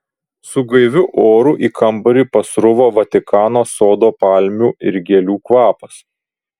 su gaiviu oru į kambarį pasruvo vatikano sodo palmių ir gėlių kvapas